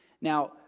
Now